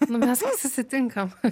nu mes susitinkam